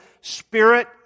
spirit